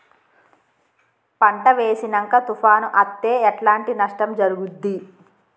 పంట వేసినంక తుఫాను అత్తే ఎట్లాంటి నష్టం జరుగుద్ది?